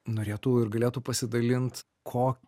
norėtų ir galėtų pasidalint ko